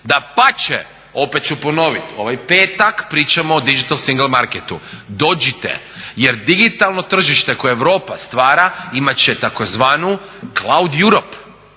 Dapače opet ću ponoviti ovaj petak pričamo o digital single marketu. Dođite jer digitalno tržište koje Europa stvara imati će tzv. cloud Europe